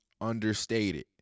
understated